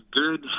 good